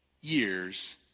years